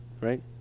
right